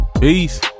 Peace